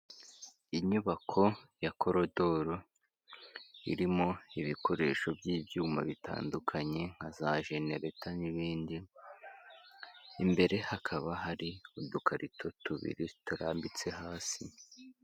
Inyubako ya koridoro, irimo ibikoresho by'ibyuma bitandukanye nka za jenereta n'ibindi, imbere hakaba hari udukarito tubiri turambitse hasi.